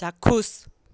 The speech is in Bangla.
চাক্ষুষ